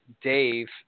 Dave